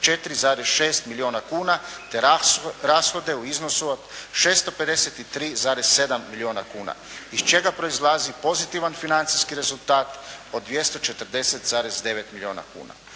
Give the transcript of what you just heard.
894,6 milijuna kuna te rashode u iznosu od 653,7 milijuna kuna iz čega proizlazi pozitivan financijski rezultat od 240,9 milijuna kuna.